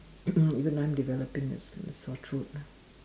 even I'm developing a a sore throat